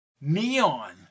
neon